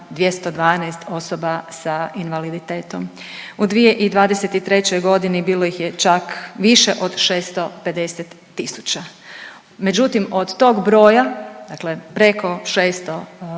612.212 osoba sa invaliditetom, u 2023.g. bilo ih je čak više od 650.000, međutim od tog broja, dakle preko 600.000